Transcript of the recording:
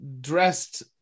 dressed